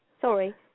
sorry